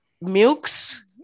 milks